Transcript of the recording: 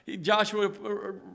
Joshua